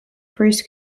first